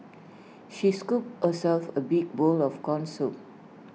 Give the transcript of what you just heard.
she scooped herself A big bowl of Corn Soup